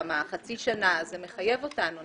החצי שנה זה מחייב אותנו.